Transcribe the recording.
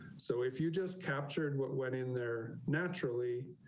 so if you just captured. what went in there, naturally.